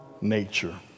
nature